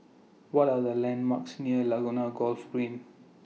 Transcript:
What Are The landmarks near Laguna Golf Green